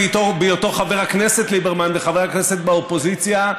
בהיותו חבר הכנסת ליברמן וחבר הכנסת באופוזיציה,